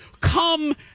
come